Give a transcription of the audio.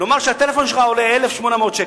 נאמר שהטלפון שלך עולה 1,800 שקל.